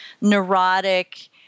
neurotic